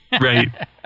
Right